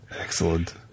Excellent